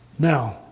Now